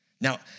Now